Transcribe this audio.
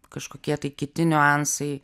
kažkokie tai kiti niuansai